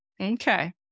Okay